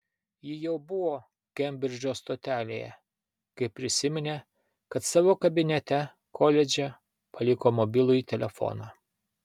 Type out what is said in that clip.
ji jau buvo kembridžo stotelėje kai prisiminė kad savo kabinete koledže paliko mobilųjį telefoną